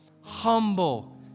Humble